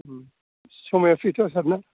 समाया फ्रिथ' सारना